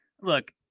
Look